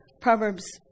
Proverbs